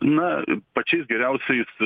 na pačiais geriausiais